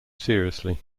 seriously